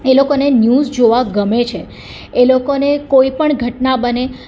એ લોકોને ન્યુઝ જોવા ગમે છે એ લોકોને કોઈ પણ ઘટના બને